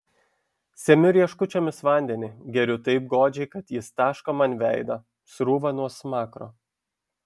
semiu rieškučiomis vandenį geriu taip godžiai kad jis taško man veidą srūva nuo smakro